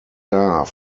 were